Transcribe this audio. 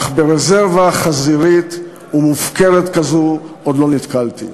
אך ברזרבה חזירית ומופקרת כזו עוד לא נתקלתי.